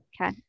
okay